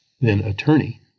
then-attorney